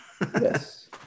Yes